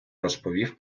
розповів